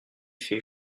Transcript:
fait